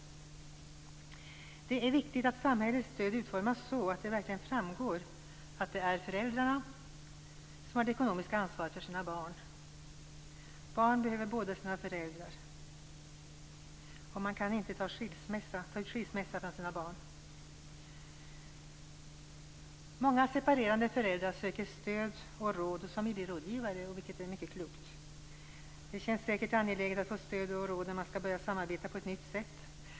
Det är viktigt att samhällets stöd utformas så, att det verkligen framgår att det är föräldrarna som har det ekonomiska ansvaret för sina barn. Barn behöver båda sina föräldrar. Man kan inte ta ut skilsmässa från sina barn. Många separerande föräldrar söker stöd och råd hos familjerådgivare, vilket är mycket klokt. Det känns säkert angeläget att få stöd och råd när man skall börja samarbeta på ett nytt sätt.